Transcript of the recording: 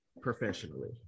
professionally